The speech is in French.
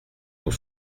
pour